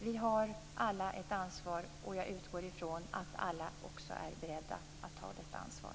Vi har alla ett ansvar och jag utgår från att alla också är beredda att ta detta ansvar.